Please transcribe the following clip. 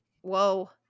Whoa